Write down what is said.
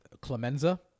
Clemenza